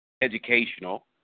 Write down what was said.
educational